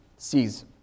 sees